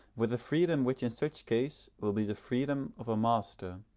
with a freedom which in such case will be the freedom of a master.